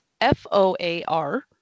F-O-A-R